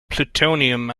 plutonium